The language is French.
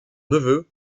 neveu